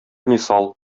мисал